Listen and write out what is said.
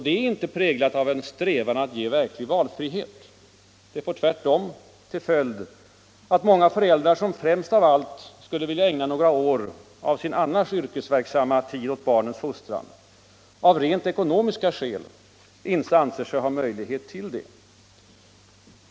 Det är inte präglat av en strävan att ge valfrihet. Det får tvärtom till konsekvens att många föräldrar, som helst av allt skulle vilja ägna några år av sin annars yrkesverksamma tid åt barnens fostran, av rent ekonomiska skäl inte anser sig ha möjlighet till detta.